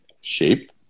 Shape